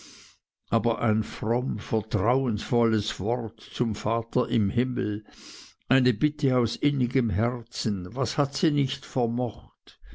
aber ein fromm vertrauensvolles wort zum vater im himmel eine bitte aus innigem herzen was hat sie nicht vermocht